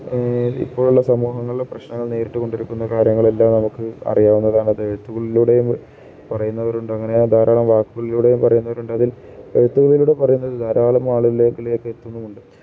ഇപ്പോഴുള്ള സമൂഹങ്ങളിലെ പ്രശ്നങ്ങൾ നേരിട്ടുകൊണ്ടിരിക്കുന്ന കാര്യങ്ങളെല്ലാം നമുക്ക് അറിയാവുന്നതാണ് അത് എഴുത്തുകളിലൂടെയും പറയുന്നവരുണ്ട് അങ്ങനെ ധാരാളം വാക്കുകളിലൂടെയും പറയുന്നവരുണ്ട് അതിൽ എഴുത്തുകളിലൂടെ പറയുന്നത് ധാരാളം ആളുകളിലേക്ക് എത്തുന്നുമുണ്ട്